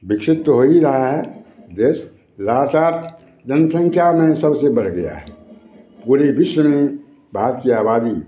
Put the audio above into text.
विकसित तो हो ही रहा है देश लगातार जनसंख्या में सबसे बढ़ गया है पूरे विश्व में भारत की आबादी